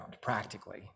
practically